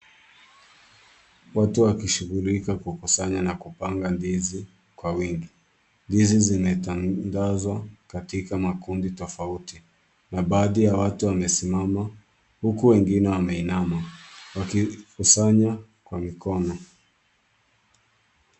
Watu wakishighulika kwa kusanya na kupanga ndizi kwa wingi. Ndizi zimetandazwa katika makundi tofauti na baadhi ya watu wamesimama huku wengine wameinama wakikusanya kwa mikono.